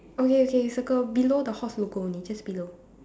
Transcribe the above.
okay okay you circle below the horse logo only just below